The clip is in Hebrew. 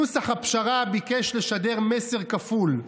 נוסח הפשרה ביקש לשדר מסר כפול: